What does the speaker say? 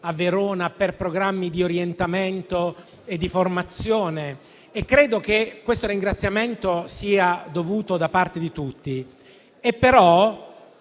a Verona, per programmi di orientamento e di formazione. Credo che questo ringraziamento sia dovuto da parte di tutti.